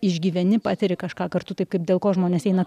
išgyveni patiri kažką kartu taip kaip dėl ko žmonės eina